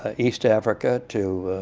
ah east africa to